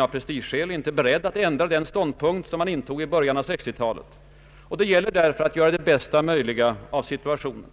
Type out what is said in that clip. av prestigeskäl inte beredd att ändra den ståndpunkt den intog i början av 1960-talet. Det gäller därför att göra det bästa möjliga av situationen.